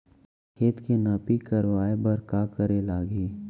खेत के नापी करवाये बर का करे लागही?